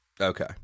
okay